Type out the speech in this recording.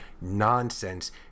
nonsense